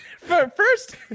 first